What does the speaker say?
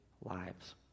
lives